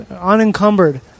unencumbered